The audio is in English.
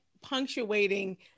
punctuating